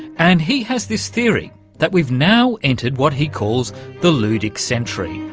and he has this theory that we've now entered what he calls the ludic century,